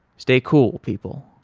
stay cool people.